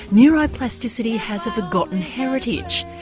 neuroplasticity has a forgotten heritage.